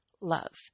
love